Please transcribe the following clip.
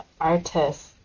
artist